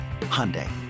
Hyundai